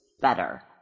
better